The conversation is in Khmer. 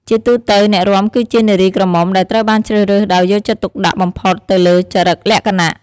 ជាទូទៅ អ្នករាំគឺជា នារីក្រមុំ ដែលត្រូវបានជ្រើសរើសដោយយកចិត្តទុកដាក់បំផុតទៅលើចរិតលក្ខណៈ។